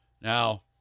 Now